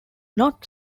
not